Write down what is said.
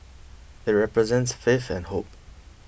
it represents faith and hope